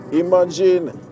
imagine